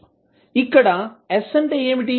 s అంటే ఏమిటి